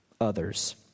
others